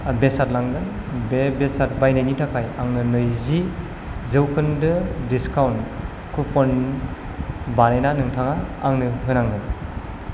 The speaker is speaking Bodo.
बेसाद लांनो बे बेसाद बायनायनि थाखाय आंनो नैजि जौखोन्दो दिसकाउन्ट कुपन बानायना नोंथाङा आंनो होनांगोन